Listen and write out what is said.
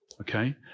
okay